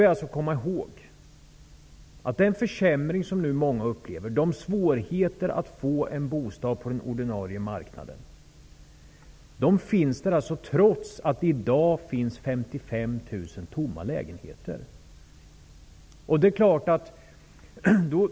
Vi skall komma ihåg att den försämring som många nu upplever, de svårigheter många har att få en bostad på den ordinarie marknaden, förekommer trots att det i dag finns 55 000 tomma lägenheter.